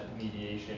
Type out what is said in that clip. mediation